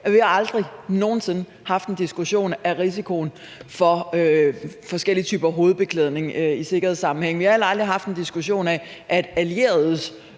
at vi aldrig nogen sinde har haft en diskussion af risikoen for forskellige typer hovedbeklædning i sikkerhedssammenhænge. Vi har heller aldrig har haft en diskussion af, at allieredes